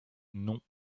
non